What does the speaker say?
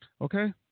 Okay